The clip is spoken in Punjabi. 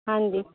ਹਾਂਜੀ